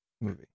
movie